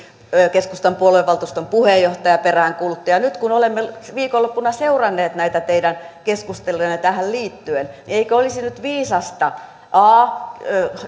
keskustan puoluevaltuuston puheenjohtaja peräänkuulutti ja ja nyt kun olemme viikonloppuna seuranneet näitä teidän keskustelujanne tähän liittyen niin eikö olisi nyt viisasta a